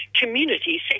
community